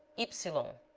ypsilon